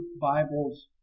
Bibles